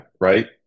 right